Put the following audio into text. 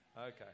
Okay